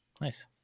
Nice